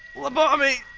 lobotomy!